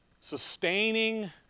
sustaining